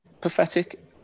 pathetic